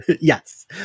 Yes